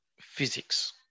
physics